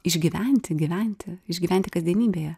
išgyventi gyventi išgyventi kasdienybėje